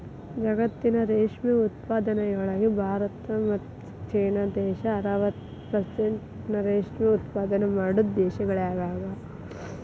ಜಗತ್ತಿನ ರೇಷ್ಮೆ ಉತ್ಪಾದನೆಯೊಳಗ ಭಾರತ ಮತ್ತ್ ಚೇನಾ ದೇಶ ಅರವತ್ ಪೆರ್ಸೆಂಟ್ನಷ್ಟ ರೇಷ್ಮೆ ಉತ್ಪಾದನೆ ಮಾಡೋ ದೇಶಗಳಗ್ಯಾವ